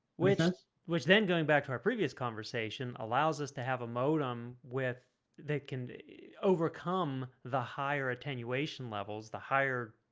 with which then going back to our previous conversation allows us to have a modem with they can overcome the higher attenuation levels the higher